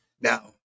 now